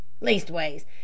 Leastways